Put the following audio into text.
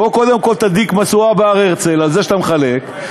בוא קודם כול תדליק משואה בהר-הרצל על זה שאתה מחלק,